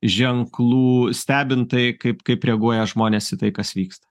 ženklų stebint tai kaip kaip reaguoja žmonės į tai kas vyksta